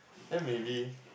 then maybe